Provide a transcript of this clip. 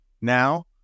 now